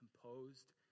composed